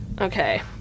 Okay